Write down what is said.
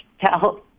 tell